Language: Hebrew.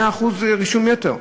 100% רישום יתר,